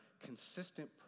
consistent